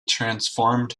transformed